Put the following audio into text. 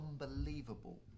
unbelievable